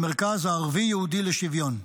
המרכז הערבי-יהודי לשוויון,